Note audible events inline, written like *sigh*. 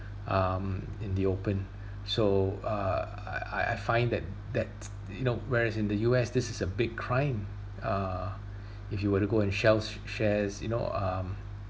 *breath* um in the open *breath* so uh I I I find that that's you know whereas in the U_S this is a big crime uh *breath* if you were to go and shell shares you know um